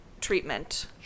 treatment